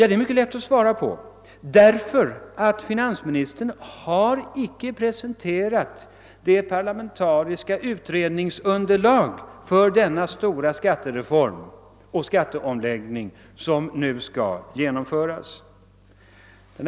Det är mycket lätt att svara på den frågan. Det skall ske därför att finansministern icke har presenterat ett parlamentariskt utredningsunderlag för den stora skattereform och skatteomläggning som nu skall genomföras.